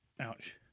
Ouch